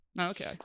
Okay